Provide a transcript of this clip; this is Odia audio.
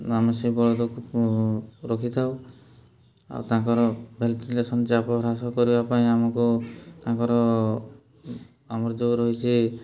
ଆମେ ସେଇ ବଳଦକୁ ରଖିଥାଉ ଆଉ ତାଙ୍କର ଭେଣ୍ଟିଲେସନ୍ ଚାପ ହ୍ରାସ କରିବା ପାଇଁ ଆମକୁ ତାଙ୍କର ଆମର ଯେଉଁ ରହିଛି